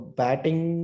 batting